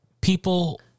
people